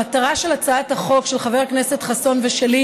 המטרה של הצעת החוק של חבר הכנסת חסון ושלי